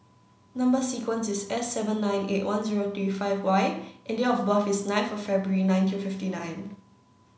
number sequence is S seven nine eight one zero three five Y and date of birth is nine for February nineteen fifty nine